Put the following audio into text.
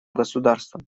государством